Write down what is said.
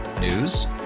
News